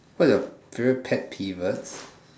what's is your favourite pet pivot